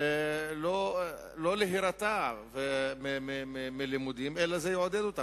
לא להירתע מלימודים, אלא זה יעודד אותם.